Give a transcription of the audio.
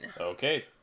Okay